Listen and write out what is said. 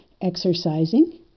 exercising